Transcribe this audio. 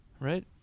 right